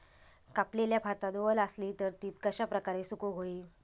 कापलेल्या भातात वल आसली तर ती कश्या प्रकारे सुकौक होई?